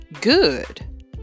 Good